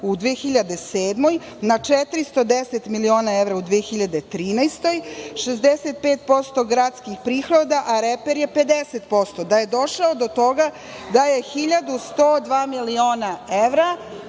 u 2007. godini na 410 miliona evra u 2013. godini, 65% gradskih prihoda, a reper je 50%, da je došao do toga da je 1.102 miliona evra,